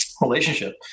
relationship